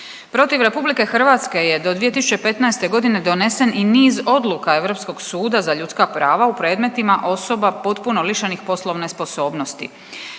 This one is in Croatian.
Protiv Republike Hrvatske je do 2015. godine donesen i niz odluka Europskog suda za ljudska prava u predmetima osoba potpuno lišenih poslovne sposobnosti.